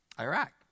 Iraq